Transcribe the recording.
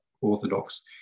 orthodox